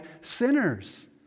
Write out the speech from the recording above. sinners